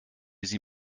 sie